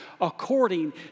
according